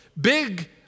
Big